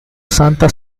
santa